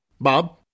Bob